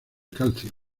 calcio